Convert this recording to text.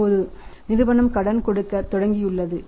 இப்போது நிறுவனம் கடன் கொடுக்கத் தொடங்கியுள்ளது